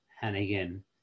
Hannigan